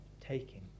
taking